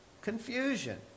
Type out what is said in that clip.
confusion